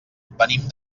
venim